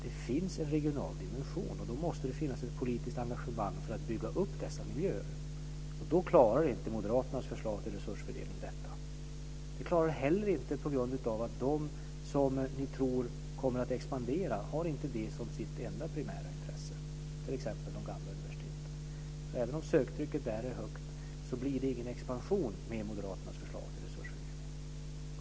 Det finns en regional dimension, och då måste det finnas ett politiskt engagemang för att bygga upp dessa miljöer. Detta klarar inte moderaternas förslag till resursfördelning. Ni klarar det heller inte på grund av att de som ni tror kommer att expandera inte har detta som sitt enda och primära syfte, t.ex. de gamla universiteten. Även om söktrycket där är högt blir det ingen expansion med moderaternas förslag till resursfördelning.